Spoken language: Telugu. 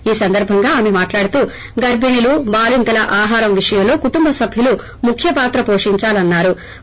ఈ సందర్బంగా ఆమె మాట్లాడుతూ గర్బిణిబాలింతలు ఆహారం విషయంలో కుటుంబసభ్యులు ముఖ్యపాత్ర హోషించాలన్నా రు